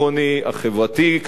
החברתי-כלכלי,